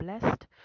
blessed